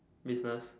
business